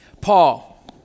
Paul